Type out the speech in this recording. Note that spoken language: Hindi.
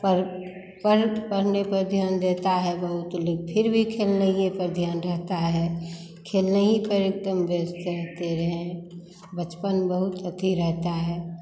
पर पर पढ़ने पर ध्यान देता है बहुत फिर भी खेलने ही पर ध्यान रहता है खेलने ही पर एक दम व्यस्त रहते रहें बचपन बहुत अथि रहता है